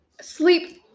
sleep